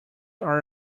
are